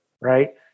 right